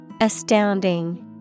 Astounding